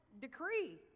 decree